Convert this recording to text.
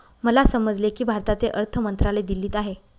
मला समजले की भारताचे अर्थ मंत्रालय दिल्लीत आहे